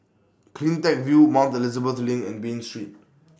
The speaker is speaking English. CleanTech View Mount Elizabeth LINK and Bain Street